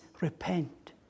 repent